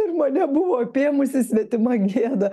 ir mane buvo apėmusi svetima gėda